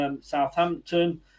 Southampton